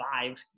five